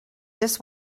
this